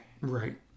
Right